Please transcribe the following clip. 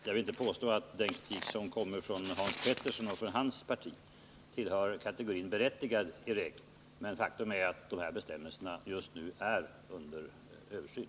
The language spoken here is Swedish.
Jag vill inte påstå att den kritik som kommer från Hans Petersson och från hans parti i regel tillhör kategorin berättigad kritik, men faktum är att dessa bestämmelser just nu är under översyn.